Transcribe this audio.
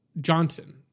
Johnson